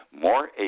More